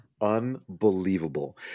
Unbelievable